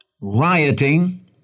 Rioting